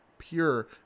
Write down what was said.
pure